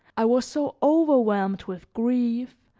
i was so overwhelmed with grief,